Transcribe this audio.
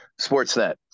Sportsnet